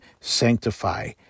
Sanctify